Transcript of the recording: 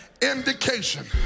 indication